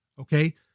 Okay